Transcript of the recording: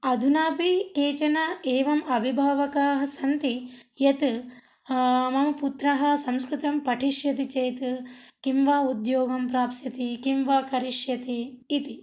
अधुनापि केचन एवम् अभिभावकाः सन्ति यत् मम पुत्रः संस्कृतं पठिष्यति चेत् किं वा उद्योगं प्राप्स्यति किं वा करिष्यति इति